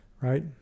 right